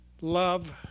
love